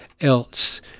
else